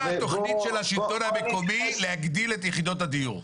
מה התוכנית של השלטון המקומי להגדיל את יחידות הדיור?